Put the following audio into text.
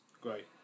great